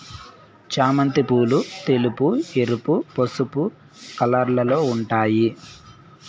చామంతి పూలు తెలుపు, ఎరుపు, పసుపు కలర్లలో ఉంటాయి